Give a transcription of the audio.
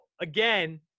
again